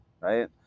Right